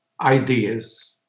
ideas